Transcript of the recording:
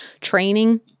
training